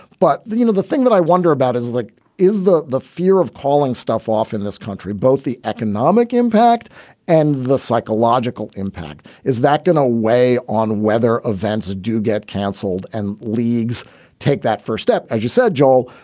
but, you know, the thing that i wonder about as like is the the fear of calling stuff off in this country, both the economic impact and the psychological impact is that going away on weather events do get canceled and leagues take that first step. as you said, joel,